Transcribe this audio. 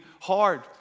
hard